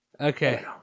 Okay